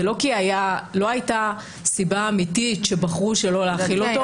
לא הייתה סיבה אמיתית שבחרו שלא להחיל אותו.